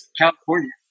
California